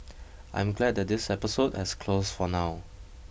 I am glad that this episode has closed for now